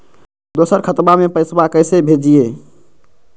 दोसर खतबा में पैसबा कैसे भेजिए?